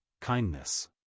kindness